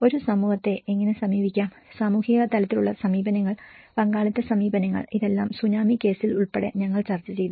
ഒരു സമൂഹത്തെ എങ്ങനെ സമീപിക്കാം സാമൂഹിക തലത്തിലുള്ള സമീപനങ്ങൾ പങ്കാളിത്ത സമീപനങ്ങൾ ഇതെല്ലാം സുനാമി കേസിൽ ഉൾപ്പെടെ ഞങ്ങൾ ചർച്ച ചെയ്തു